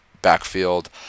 backfield